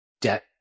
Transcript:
debt